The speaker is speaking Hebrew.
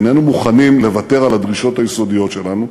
איננו מוכנים לוותר על הדרישות היסודיות שלנו,